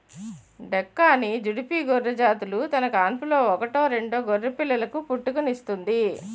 డెక్కాని, జుడిపి గొర్రెజాతులు తన కాన్పులో ఒకటో రెండో గొర్రెపిల్లలకు పుట్టుకనిస్తుంది